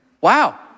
wow